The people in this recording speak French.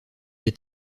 est